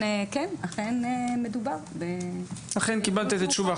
אכן מדובר --- אכן קיבלת את התשובה,